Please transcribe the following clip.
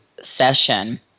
Session